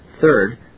Third